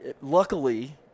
luckily